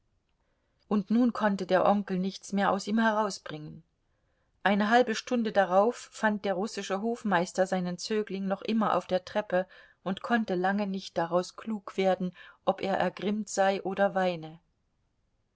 und nun konnte der onkel nichts mehr aus ihm herausbringen eine halbe stunde darauf fand der russische hofmeister seinen zögling noch immer auf der treppe und konnte lange nicht daraus klug werden ob er ergrimmt sei oder weine